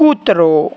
કૂતરો